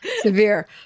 Severe